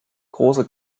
große